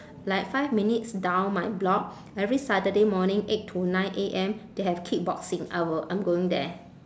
like five minutes down my block every saturday morning eight to nine A_M they have kickboxing I will I'm going there